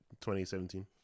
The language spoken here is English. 2017